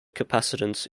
capacitance